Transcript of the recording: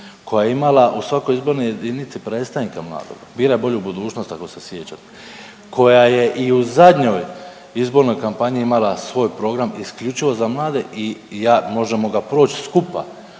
koja je imala u svakoj izbornoj jedinici predstavnika mladoga, bira bolju budućnost ako se sjećate, koja je i u zadnjoj izbornoj kampanji imala svoj program isključivo za mlade i ja, možemo ga proći skupa